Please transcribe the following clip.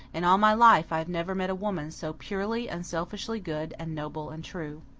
in all my life i have never met a woman so purely, unselfishly good and noble and true.